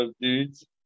dudes